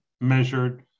measured